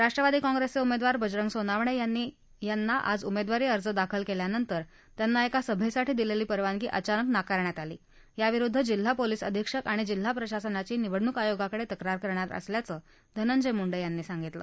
राष्ट्रवादी काँप्रेसचे उमेदवार बजरंग सोनावणे यांना आज उमेदवारी अर्ज दाखल केल्यानंतर त्यांना एका सभेसाठी दिलेली परवानगी अचानक नाकारण्यात आली याविरुद्ध जिल्हा पोलिस अधीक्षक आणी जिल्हा प्रशासनाची निवडणूक आयोगाकडे तक्रार करणार असल्याचं धनंजय मुंडे यांनी सांगितलं